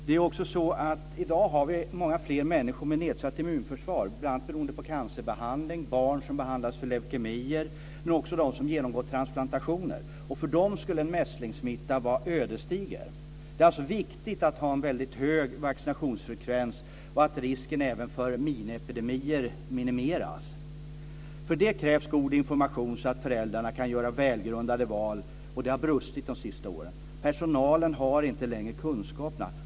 Det är också så att vi i dag har många fler människor med nedsatt immunförsvar, bl.a. beroende på cancerbehandling. Barn behandlas för leukemier. Det gäller också dem som genomgår transplantationer. För dem skulle en mässlingssmitta vara ödesdiger. Det är alltså viktigt att ha en väldigt hög vaccinationsfrekvens och att risken även för miniepidemier minimeras. För det krävs god information, så att föräldrarna kan göra välgrundade val. Det har brustit de senaste åren. Personalen har inte längre kunskaperna.